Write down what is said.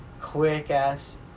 quick-ass